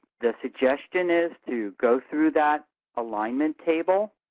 the suggestion is to go through that alignment table